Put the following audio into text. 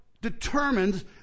determines